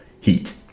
heat